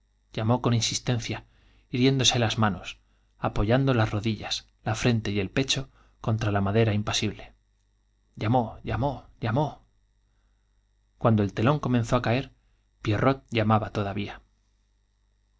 llamó con insistencia hiriéndose las manos apoyando las rodillas la frente y el pecho contr a la madera impasible llamó llamó llamó cuando el telón comenzó á caer pierrot llamaba todavía